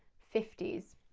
fifty s,